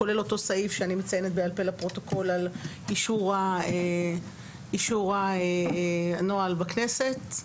כולל אותו סעיף שאני מציינת בעל פה לפרוטוקול על אישור הנוהל בכנסת.